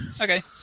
okay